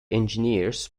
engineers